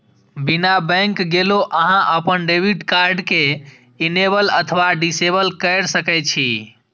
बिना बैंक गेलो अहां अपन डेबिट कार्ड कें इनेबल अथवा डिसेबल कैर सकै छी